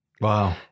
Wow